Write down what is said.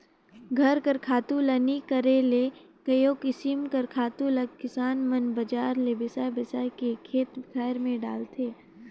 घर कर खातू ल नी करे ले कइयो किसिम कर खातु ल किसान मन बजार ले बेसाए बेसाए के खेत खाएर में डालथें